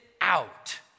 out